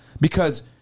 because-